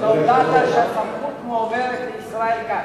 הודעת שהסמכות מועברת לישראל כץ.